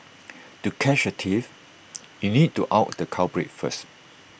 to catch A thief you need to out the culprit first